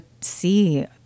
see